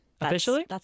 Officially